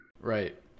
Right